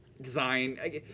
design